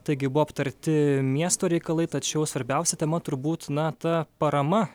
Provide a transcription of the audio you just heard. taigi buvo aptarti miesto reikalai tačiau svarbiausia tema turbūt na ta parama